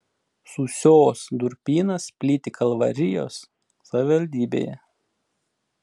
sūsios durpynas plyti kalvarijos savivaldybėje